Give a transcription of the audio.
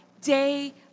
day